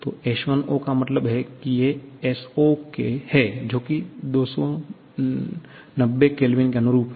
तो S1 0 का मतलब है कि ये S0 है जो कि 290 K के अनुरूप है